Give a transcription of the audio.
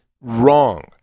Wrong